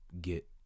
get